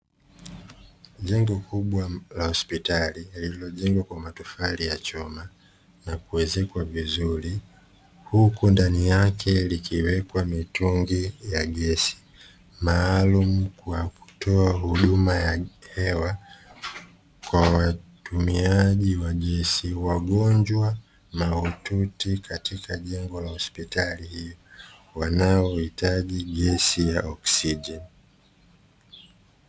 Jengo kubwa la hospitali lililojengwa kwa matofali ya chuma na kuwezekwa vizuri huku ndani yake likiwekwa mitungi ya geshi maalum kwa kutoa huduma ya hewa kwa watumiaji wa gesi, wagonjwa mahututi katika jengo la hospitali hiyo wanaohitaji gesi ya oksijeni.